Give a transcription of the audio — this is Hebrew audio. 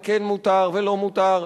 וכן מותר ולא מותר,